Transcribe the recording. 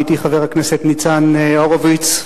עמיתי חבר הכנסת ניצן הורוביץ,